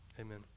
Amen